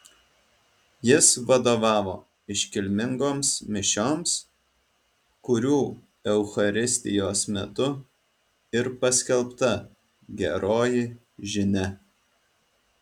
jis vadovavo iškilmingoms mišioms kurių eucharistijos metu ir paskelbta geroji žinia